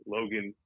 Logan